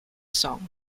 song